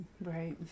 Right